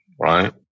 right